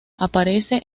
aparece